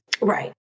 Right